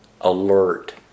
alert